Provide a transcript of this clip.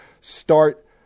start